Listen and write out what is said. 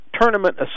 tournament